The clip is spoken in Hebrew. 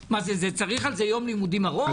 צריך על זה יום לימודים ארוך?